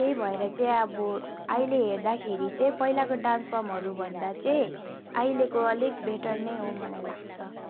त्यही भएर चाहिँ अब अहिले हेर्दाखेरि चाहिँ पहिलाको डान्स फर्महरूभन्दा चाहिँ अहिलेको अलिक बेटर नै हो मलाई लाग्छ